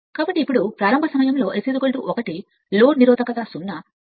కాబట్టి ఇప్పుడు ప్రారంభ సమయంలో S 1 లోడ్ నిరోధకత iS0